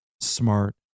smart